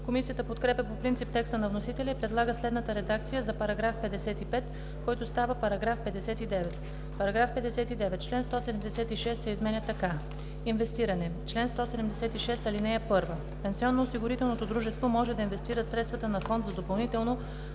Комисията подкрепя по принцип текста на вносителя и предлага следната редакция за § 55, който става § 59: „§ 59. Член 176 се изменя така: „Инвестиране Чл. 176. (1) Пенсионноосигурителното дружество може да инвестира средствата на Фонд за допълнително